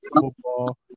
football